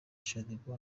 shaddyboo